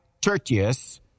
Tertius